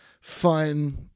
fun